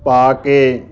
ਪਾ ਕੇ